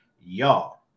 y'all